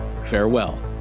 farewell